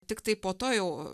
tiktai po to jau